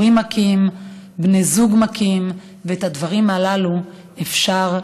בני זוג מכים, ואת הדברים הללו אפשר למנוע,